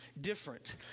different